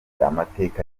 amateka